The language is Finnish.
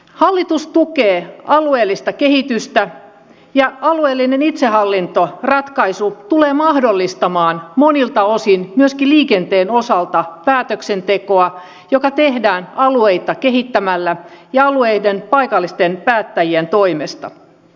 hallitus tukee alueellista kehitystä ja alueellinen itsehallintoratkaisu tulee mahdollistamaan monilta osin myöskin liikenteen osalta päätöksentekoa joka tehdään alueita kehittämällä ja alueiden paikallisten päättäjien toimesta